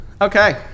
Okay